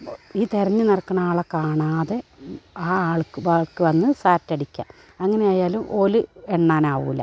ഈ തിരഞ്ഞു നടക്കണാളെ കാണാതെ ആ ആൾക്കു ബാക്കി വന്നു സാറ്റടിക്കുക അങ്ങനെയായാൽ ഓല് എണ്ണാനാകില്ല